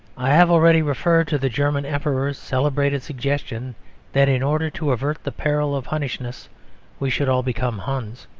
i have already referred to the german emperor's celebrated suggestion that in order to avert the peril of hunnishness we should all become huns.